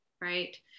Right